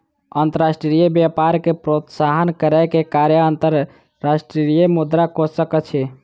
अंतर्राष्ट्रीय व्यापार के प्रोत्साहन करै के कार्य अंतर्राष्ट्रीय मुद्रा कोशक अछि